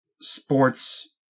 sports